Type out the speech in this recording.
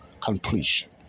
completion